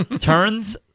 turns